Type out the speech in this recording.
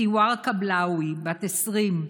סיואר קבלאוי, בת 20,